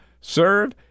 serve